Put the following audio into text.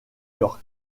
york